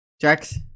Jax